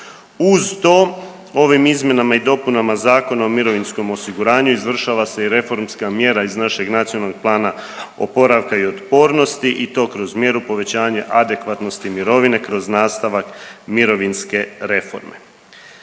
Uz to ovim izmjenama i dopunama Zakona o mirovinskom osiguranju izvršava se i reformska mjera iz našeg NPOO-a i to kroz mjeru povećanja adekvatnosti mirovine kroz nastavak mirovinske reforme.